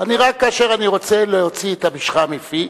אלא רק כאשר אני רוצה להוציא את המשחה מפי.